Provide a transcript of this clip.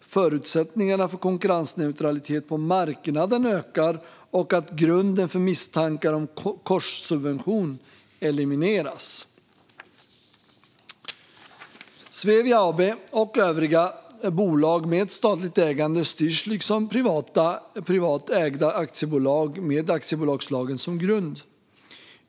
förutsättningarna för konkurrensneutralitet på marknaden ökar och att grunden för misstankar om korssubventionering elimineras. Svevia AB och övriga bolag med statligt ägande styrs liksom privat ägda aktiebolag med aktiebolagslagen som grund.